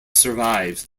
survives